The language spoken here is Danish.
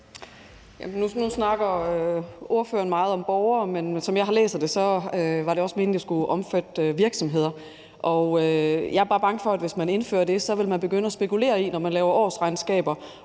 Nu snakker spørgeren meget om borgere, men som jeg har læst det, er det også meningen, at det skal omfatte virksomheder. Og jeg er bare bange for, at hvis det bliver indført, vil man begynde at spekulere i, når man laver årsregnskaber,